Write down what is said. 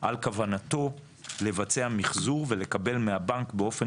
על כוונתו לבצע מחזור ולקבל מהבנק באופן